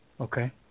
Okay